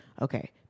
okay